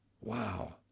Wow